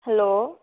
hello